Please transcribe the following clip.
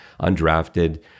undrafted